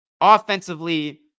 Offensively